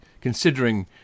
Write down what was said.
considering